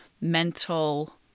mental